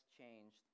changed